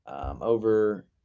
over